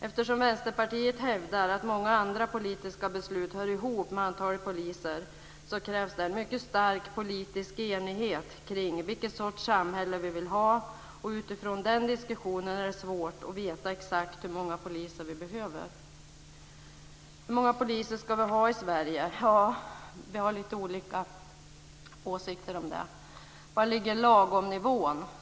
Eftersom Vänsterpartiet hävdar att många andra politiska beslut hör ihop med antalet poliser krävs det mycket stark politisk enighet kring vilken sorts samhälle vi vill ha, och utifrån den diskussionen är det svårt att veta exakt hur många poliser vi behöver. Hur många poliser ska vi ha i Sverige? Vi har lite olika åsikter om det. Var ligger lagomnivån?